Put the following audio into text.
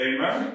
Amen